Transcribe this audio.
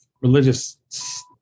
religious